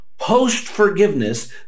post-forgiveness